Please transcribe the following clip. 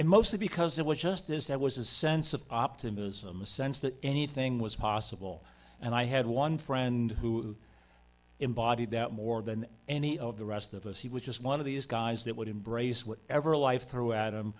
and mostly because it was just this that was a sense of optimism a sense that anything was possible and i had one friend who embodied that more than any of the rest of us he was just one of these guys that would embrace whatever life threw adam